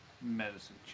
medicine